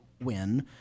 win